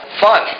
Fun